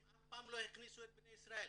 הם אף פעם לא הכניסו את בני ישראל,